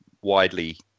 widely